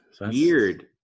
Weird